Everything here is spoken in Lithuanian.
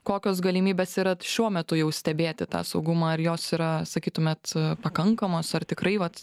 kokios galimybės yra šiuo metu jau stebėti tą saugumą ar jos yra sakytumėt pakankamos ar tikrai vat